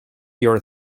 your